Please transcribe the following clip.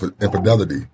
infidelity